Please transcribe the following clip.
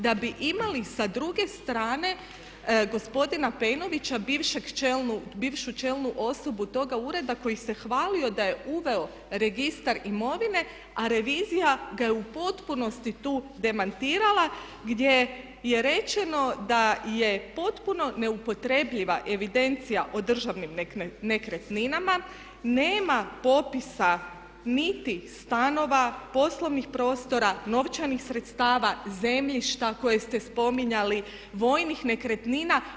Da bi imali s druge strane gospodina Pejnovića bivšu čelnu osobu toga ureda koji se hvalio da je uveo registar imovine a revizija ga je u potpunosti tu demantirala gdje je rečeno da je potpuno neupotrebljiva evidencija o državnim nekretninama, nema popisa niti stanova, poslovnih prostora, novčanih sredstava, zemljišta koje ste spominjali, vojnih nekretnina.